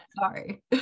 sorry